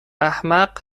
احمق